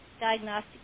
diagnostic